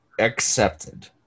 accepted